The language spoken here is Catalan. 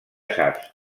saps